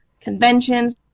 conventions